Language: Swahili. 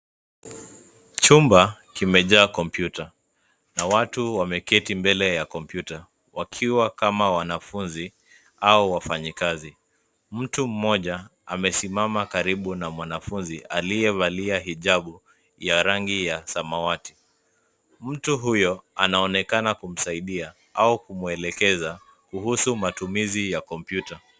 Chumba kimejaa kompyuta na watu wameketi mbele ya kompyuta, wakiwa kama wanafunzi au wafanyikazi. Mtu mmoja, amesimama karibu na mwanafunzi aliyevalia hijabu ya rangi ya samawati. Mtu huyo, anaonekana kumsaidia au kumwelekeza, kuhusu matumizi ya kompyuta.